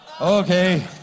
okay